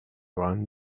brown